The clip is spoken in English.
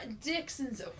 Dixon's